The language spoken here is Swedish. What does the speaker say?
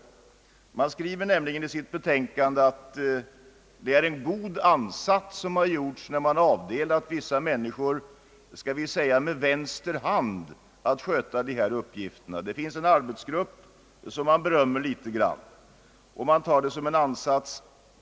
Utskottet skriver nämligen i sitt utlåtande, att det är en god ansats som har gjorts när man avdelat vissa människor — skall vi säga med vänster hand att sköta dessa uppgifter. Det finns en arbetsgrupp som man berömmer litet grand, och man tar det som en ansats.